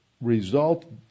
result